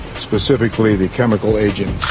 specifically the chemical agent